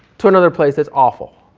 to another place that's awful.